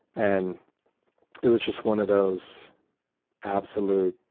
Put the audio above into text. and it was just one of those absolute